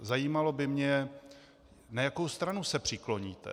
Zajímalo by mě, na jakou stranu se přikloníte.